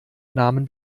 namen